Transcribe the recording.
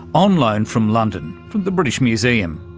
on loan from london, from the british museum.